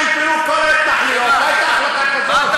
אתם מקימים מוזיאון למלחמה,